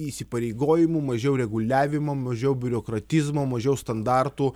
įsipareigojimų mažiau reguliavimo mažiau biurokratizmo mažiau standartų